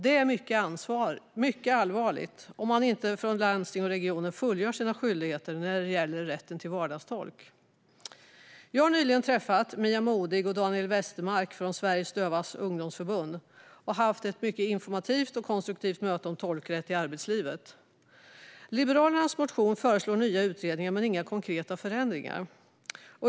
Det är mycket allvarligt om landsting och regioner inte fullgör sina skyldigheter när det gäller rätten till vardagstolk. Jag har nyligen träffat Mia Modig och Daniel Westermark från Sveriges Dövas Ungdomsförbund och haft ett mycket informativt och konstruktivt möte om tolkrätt i arbetslivet. Liberalernas motion föreslår nya utredningar men inga konkreta förändringar.